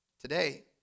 Today